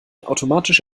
automatisch